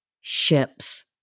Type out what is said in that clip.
ships